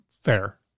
Fair